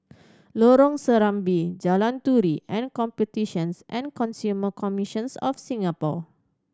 Lorong Serambi Jalan Turi and Competitions and Consumer Commissions of Singapore